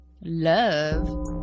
love